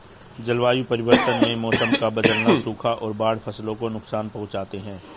जलवायु परिवर्तन में मौसम का बदलना, सूखा और बाढ़ फसलों को नुकसान पहुँचाते है